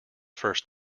first